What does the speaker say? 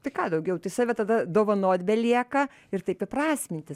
tai ką daugiau tai save tada dovanot belieka ir taip įprasminti